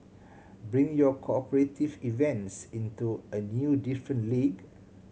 bring your cooperate events into a new different league